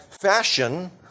fashion